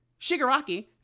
Shigaraki